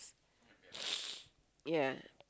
yeah